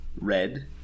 red